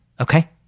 Okay